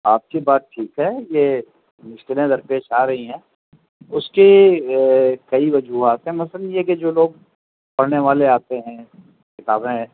آپ کی بات ٹھیک ہے یہ مشکلیں درپیش آ رہی ہیں اس کی کئی وجوہات ہیں مثلاََ یہ کہ جو لوگ پڑھنے والے آتے ہیں کتابیں